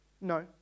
no